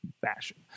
fashion